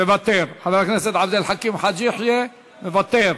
מוותר, חבר הכנסת עבד אל חכים חאג' יחיא, מוותר,